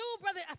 brother